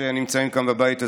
שנמצאים כאן בבית הזה,